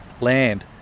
land